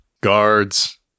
guards